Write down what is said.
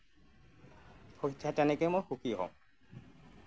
তেনেকেই মই সুখী হওঁ